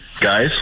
Guys